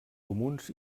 comuns